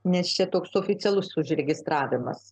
nes čia toks oficialus užregistravimas